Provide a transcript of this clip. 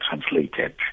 translated